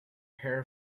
hair